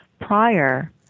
prior